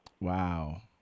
Wow